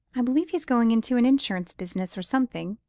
i believe he's going into an insurance business, or something.